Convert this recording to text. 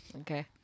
Okay